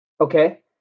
Okay